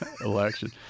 election